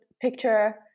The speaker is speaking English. picture